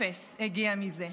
אפס הגיע מזה.